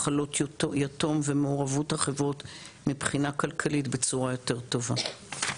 מחלות יתום ומעורבות החברות מבחינה כלכלית בצורה יותר טובה.